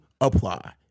apply